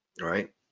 right